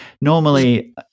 normally